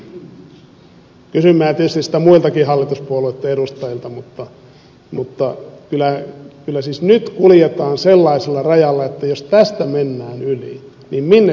kysyn minä tietysti sitä muiltakin hallituspuolueitten edustajilta mutta kyllä siis nyt kuljetaan sellaisella rajalla että jos tästä mennään yli niin minne sitten oikeasti mennään